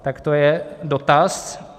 Tak to je dotaz.